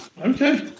Okay